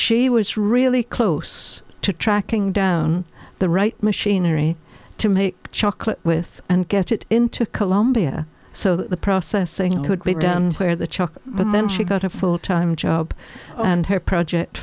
she was really close to tracking down the right machinery to make chocolate with and get it into colombia so the processing could be done where the check but then she got a full time job and her project